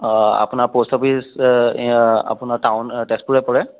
অঁ আপোনাৰ post office আপোনাৰ টাউন তেজপুৰেই পৰে